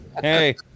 hey